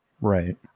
Right